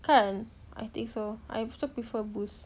kan I think so I also prefer Boost